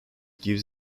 gives